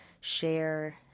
share